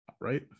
right